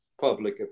public